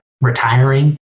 retiring